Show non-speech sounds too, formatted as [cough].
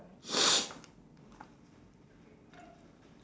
[noise]